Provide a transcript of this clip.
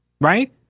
right